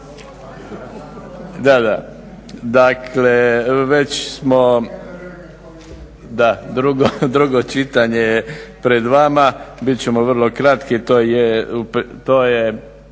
Dakle, već smo drugo čitanje je pred vama, bit ćemo vrlo kratki. To je